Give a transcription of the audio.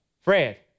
Fred